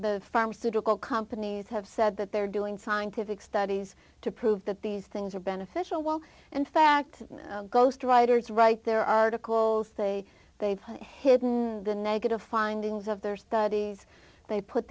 the pharmaceutical companies have said that they're doing scientific studies to prove that these things are beneficial while in fact ghost writers write their articles they they've hidden the negative findings of their studies they put